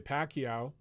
Pacquiao